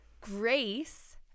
Grace